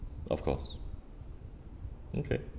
of course okay